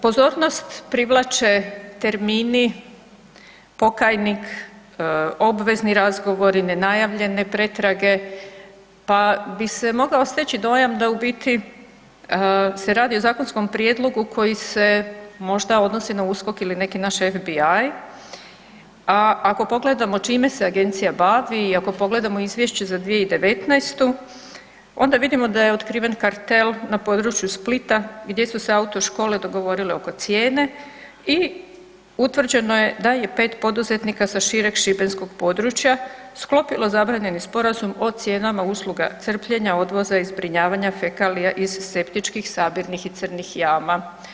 Pozornost privlače termini „pokajnik, obvezni razgovori, nenajavljene pretrage“, pa bi se mogao steći dojam da u biti se radi o zakonskom prijedlogu koji se možda odnosi na USKOK ili neki naš FBI, a ako gledamo čime se Agencija bavi i ako pogledamo Izvješće za 2019., onda vidimo da je otkriven kartel na području Splita gdje su se autoškole dogovorile oko cijene i utvrđeno je da je 5 poduzetnika sa šireg šibenskog područja sklopilo zabranjeni sporazum o cijena usluga crpljenja odvoza i zbrinjavanja fekalija iz septičkih sabirnih i crnih jama.